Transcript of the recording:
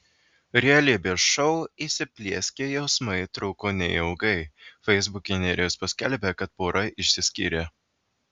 realybės šou įsiplieskę jausmai truko neilgai feisbuke nerijus paskelbė kad pora išsiskyrė